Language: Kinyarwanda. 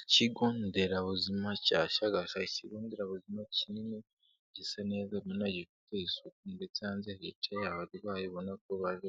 Ikigo nderabuzima cya Shagasha, ikigo nderabuzima kinini gisa neza ubona gifite isuku, ndetse hanze hicaye abarwayi ubona ko baje